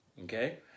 Okay